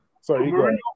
sorry